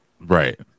Right